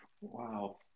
Wow